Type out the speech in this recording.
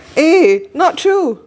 eh not true